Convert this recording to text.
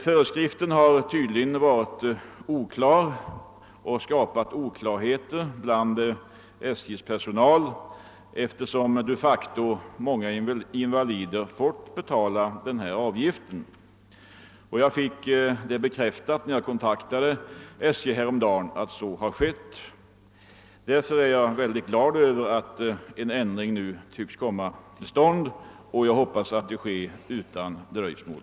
Föreskriften har tydligen varit oklar och föranlett missförstånd hos SJ:s personal, eftersom de facto många invalider har fått betala denna avgift — något som jag fick bekräftat när jag häromdagen kontaktade SJ. Jag är därför glad över att en ändring nu tycks komma till stånd, och jag hoppas att den genomförs utan dröjsmål.